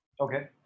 okay